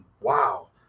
Wow